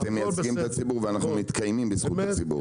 אתם מייצגים את הציבור ואנחנו מתקיימים בזכותו.